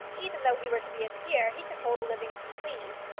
even though he were to be a peer, he could hold a living if he pleased.